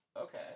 Okay